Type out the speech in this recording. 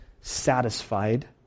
satisfied